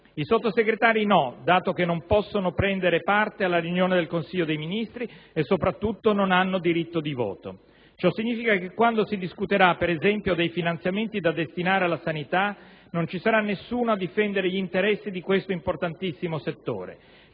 i Sottosegretari no, dato che non possono prendere parte alla riunione del Consiglio dei ministri e, soprattutto, non hanno diritto di voto. Ciò significa che quando si discuterà, per esempio, dei finanziamenti da destinare alla sanità, non ci sarà nessuno a difendere gli interessi di questo importantissimo settore.